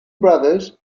brothers